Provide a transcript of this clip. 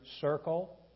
circle